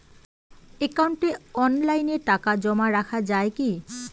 একাউন্টে অনলাইনে টাকা জমা রাখা য়ায় কি?